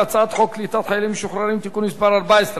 על הצעת חוק קליטת חיילים משוחררים (תיקון מס' 14)